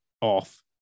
off